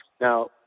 Now